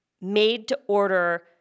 made-to-order